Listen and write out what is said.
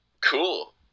cool